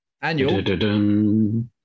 annual